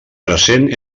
present